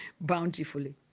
bountifully